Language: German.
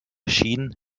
schien